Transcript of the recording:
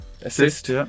assist